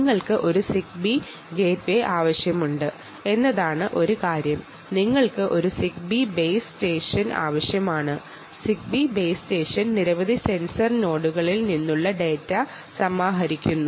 നിങ്ങൾക്ക് ഒരു Zigbee gateway ആവശ്യമുണ്ട് എന്നതാണ് ഒരു കാര്യം നിങ്ങൾക്ക് ഒരു സിഗ്ബീ ബേസ് സ്റ്റേഷൻ ആവശ്യമാണ് സിഗ്ബീ ബേസ് സ്റ്റേഷൻ നിരവധി സെൻസർ നോഡുകളിൽ നിന്നുള്ള ഡാറ്റ സമാഹരിക്കുന്നു